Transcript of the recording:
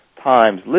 times